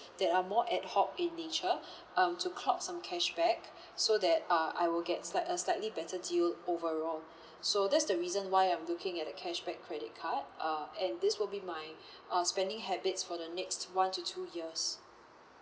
that are more ad hoc in nature um to clock some cashback so that uh I will get slight uh slightly better deal overall so that's the reason why I'm looking at the cashback credit card uh and this will be my uh spending habits for the next one to two years